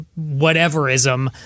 whateverism